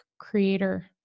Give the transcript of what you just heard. creator